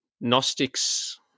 Gnostics